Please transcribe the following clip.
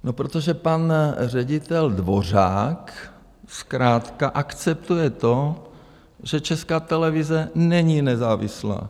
No proto, že pan ředitel Dvořák zkrátka akceptuje to, že Česká televize není nezávislá.